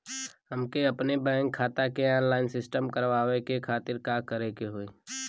हमके अपने बैंक खाता के ऑनलाइन सिस्टम करवावे के खातिर का करे के होई?